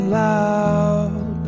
loud